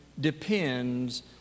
depends